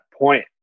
point